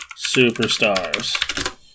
Superstars